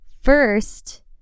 First